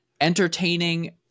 entertaining